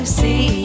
see